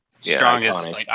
strongest